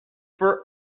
for